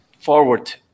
forward